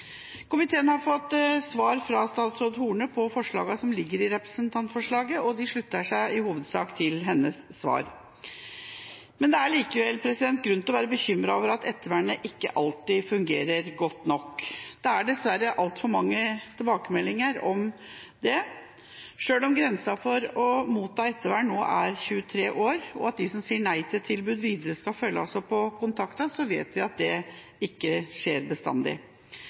Komiteen har fått svar fra statsråd Horne om de forslagene som ligger i representantforslaget, og slutter seg i hovedsak til hennes svar. Det er likevel grunn til å være bekymret over at ettervernet ikke alltid fungerer godt nok. Det er dessverre altfor mange tilbakemeldinger om det. Selv om grensen for å motta ettervern nå er 23 år og de som sier nei til tilbud, skal følges opp videre og kontaktes, vet vi at det ikke skjer bestandig.